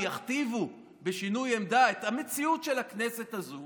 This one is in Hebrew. יכתיבו בשינוי עמדה את המציאות של הכנסת הזו